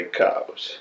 cows